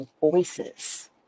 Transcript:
voices